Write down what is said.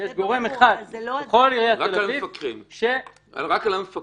ויש גורם אחד בכל עיריית תל אביב --- רק על המפקחים?